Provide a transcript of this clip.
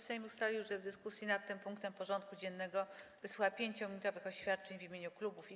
Sejm ustalił, że w dyskusji nad tym punktem porządku dziennego wysłucha 5-minutowych oświadczeń w imieniu klubów i koła.